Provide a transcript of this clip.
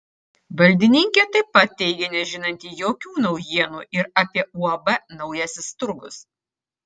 valdininkė taip pat teigė nežinanti jokių naujienų ir apie uab naujasis turgus